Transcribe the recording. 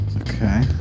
Okay